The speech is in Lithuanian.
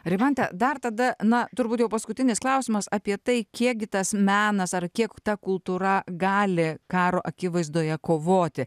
rimante dar tada na turbūt jau paskutinis klausimas apie tai kiekgi tas menas ar kiek ta kultūra gali karo akivaizdoje kovoti